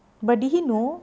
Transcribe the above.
but did he know